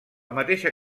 mateixa